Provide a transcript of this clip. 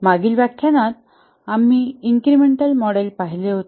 मागील व्याख्यानात आम्ही इन्क्रिमेंटल मॉडेल पाहिले होते